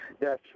Yes